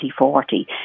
2040